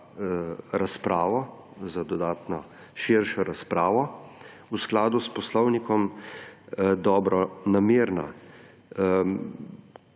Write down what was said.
zahteva za dodatno širšo razpravo v skladu s poslovnikom in dobronamerna.